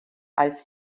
als